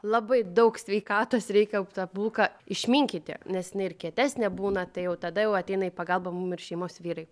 labai daug sveikatos reikia jau tą bulką išminkyti nes jinai ir kietesnė būna tai jau tada jau ateina į pagalbą mum ir šeimos vyrai